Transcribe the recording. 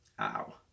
ow